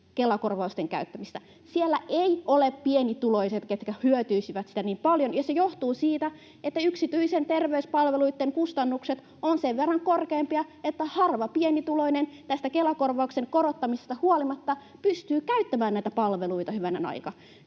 Kela-korvausten käyttämistä. Ne eivät ole pienituloiset, ketkä hyötyisivät siitä niin paljon, ja se johtuu siitä, että yksityisten terveyspalveluitten kustannukset ovat sen verran korkeampia, että harva pienituloinen Kela-korvauksen korottamisesta huolimatta pystyy käyttämään näitä palveluita, hyvänen aika.